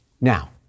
Now